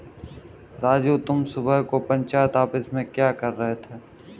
राजू तुम सुबह को पंचायत ऑफिस में क्या कर रहे थे?